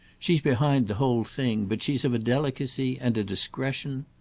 she's behind the whole thing but she's of a delicacy and a discretion!